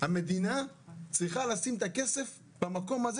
המדינה צריכה לשים את הכסף במקום הזה